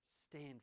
stand